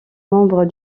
membre